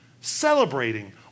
celebrating